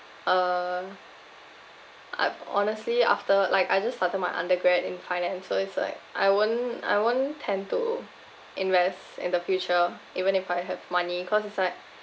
uh I've honestly after like I just started my undergrad in finance so it's like I won't I won't tend to invest in the future even if I have money cause it's like